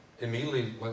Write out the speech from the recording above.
Immediately